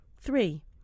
Three